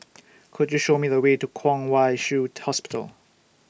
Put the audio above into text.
Could YOU Show Me The Way to Kwong Wai Shiu Hospital